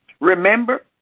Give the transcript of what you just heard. Remember